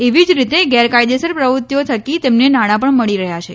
એવી જ રીતે ગેરકાયદેસર પ્રવૃત્તિઓ થકી તેમને નાણા પણ મળી રહ્યા છે